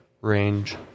range